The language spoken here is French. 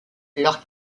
leurs